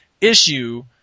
issue